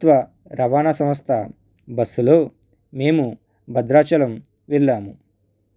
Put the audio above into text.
ప్రభుత్వ రవాణా సమస్త బస్సులో మేము భద్రాచలం వెళ్ళాము